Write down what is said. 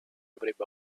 avrebbe